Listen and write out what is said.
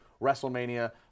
WrestleMania